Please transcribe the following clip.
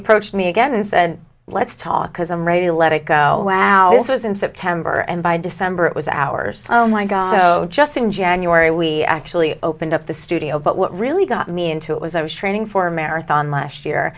approached me again and said let's talk because i'm ready to let it go wow this was in september and by december it was ours oh my god so just in january we actually opened up the studio but what really got me into it was i was training for a marathon last year